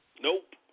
Nope